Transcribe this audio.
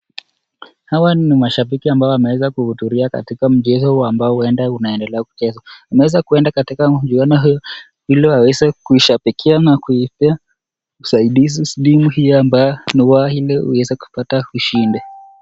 Hawa ni mashabiki ambao wameweza kuhudhuria katika mchezo huu ambao huenda unaendelea kuchezwa. Wameweza kwenda katika mchuano huu ili waweze kushabikia na kuipatia usaidizi timu hii ambayo ni yao ili iweze kupata ushindi.